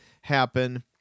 happen